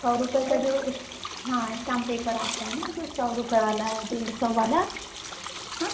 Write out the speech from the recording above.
सौ रुपये का जो स्टेम्प हाँ स्टेम्प पेपर आता है ना सौ रुपये वाला या डेढ़ सौ रुपये हाँ